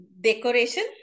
Decoration